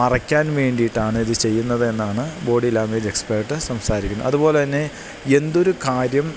മറയ്ക്കാൻ വേണ്ടിയിട്ടാണിത് ചെയ്യുന്നത് എന്നാണ് ബോഡീ ലാങ്വേജെക്സ്പ്പേട്ട് സംസാരിക്കുന്നത് അതുപോലെതന്നെ എന്തൊരു കാര്യം